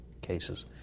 cases